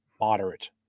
moderate